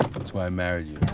that's why i married